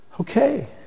Okay